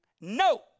no